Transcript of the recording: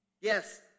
Yes